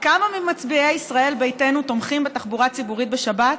כמה ממצביעי ישראל ביתנו תומכים בתחבורה ציבורית בשבת?